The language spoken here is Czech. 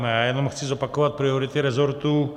Já jenom chci zopakovat priority resortu.